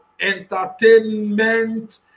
entertainment